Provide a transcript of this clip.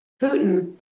Putin